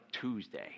Tuesday